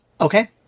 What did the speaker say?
Okay